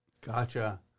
Gotcha